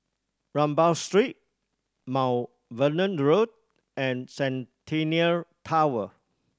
Rambau Street Mount Vernon Road and Centennial Tower